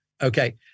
okay